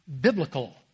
biblical